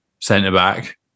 centre-back